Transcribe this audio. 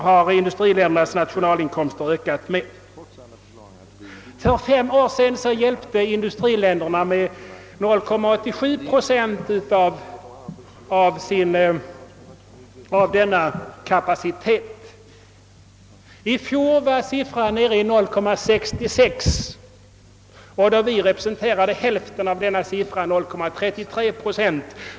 För fem år sedan uppgick industriländernas hjälp till 0,87 procent av nationalinkomsten. I fjol var siffran nere i 0,66 procent. Vårt lands bidrag uppgick endast till hälften av denna siffra, 0,33 procent.